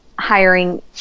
hiring